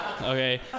Okay